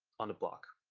on the block.